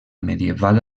medieval